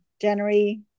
January